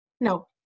no